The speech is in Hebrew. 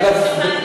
אגב,